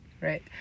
Right